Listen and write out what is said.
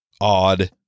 odd